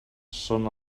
són